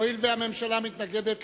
הואיל והממשלה מתנגדת,